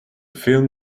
film